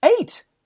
eight